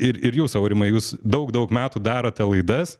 ir ir jūs aurimai jūs daug daug metų darote laidas